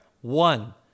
One